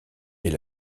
est